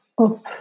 up